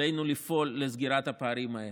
עלינו לפעול לסגירת הפערים האלה.